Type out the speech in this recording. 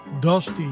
dusty